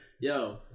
Yo